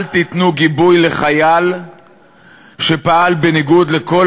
אל תיתנו גיבוי לחייל שפעל בניגוד לכל